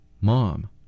Mom